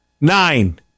Nine